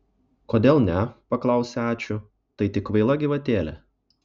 kodėl ne paklausė ačiū tai tik kvaila gyvatėlė